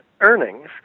earnings